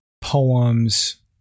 poems